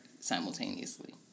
simultaneously